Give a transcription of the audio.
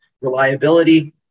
reliability